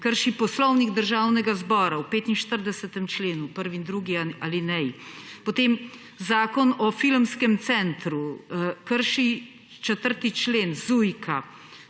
krši Poslovnik Državnega zbora v 45. členu v prvi in drugi alineji, potem zakon o filmskem centru, krši 4. člen ZUJIK,